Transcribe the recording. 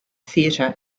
theatre